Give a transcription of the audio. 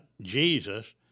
Jesus